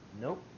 Nope